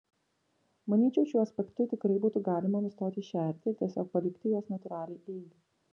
manyčiau šiuo aspektu tikrai būtų galima nustoti šerti ir tiesiog palikti juos natūraliai eigai